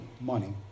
money